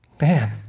man